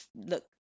look